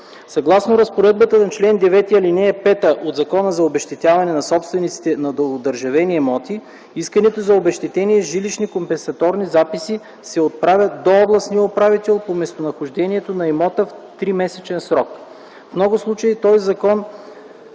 Съгласно разпоредбата на чл. 9, ал. 5 от Закона за обезщетяване на собствениците на одържавени имоти, искането за обезщетение с жилищни компенсаторни записи се отправя до областния управител по местонахождението на имота в 3-месечен срок. В много случаи този срок